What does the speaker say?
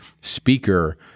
speaker